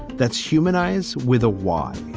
that's humanize with a y.